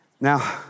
Now